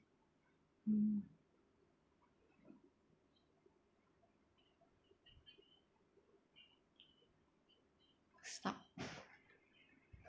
mm stop